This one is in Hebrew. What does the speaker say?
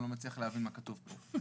אבל אני לא מצליח להבין מה כתוב פה.